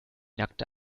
nackte